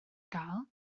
gael